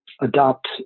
adopt